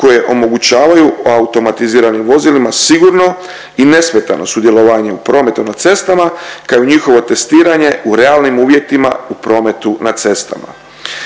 koje omogućavaju automatiziranim vozilima sigurno i nesmetano sudjelovanje u prometu na cestama kao i njihovo testiranje u realnim uvjetima u prometu na cestama.